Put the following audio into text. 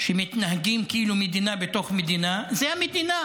שמתנהגים כאילו הם מדינה בתוך מדינה, זה המדינה,